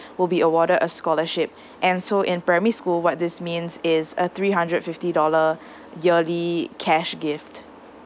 will be awarded a scholarship and so in primary school what this means is a three hundred fifty dollar yearly cash gift